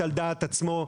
בשרירותית, על דעת עצמו.